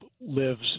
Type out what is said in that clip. lives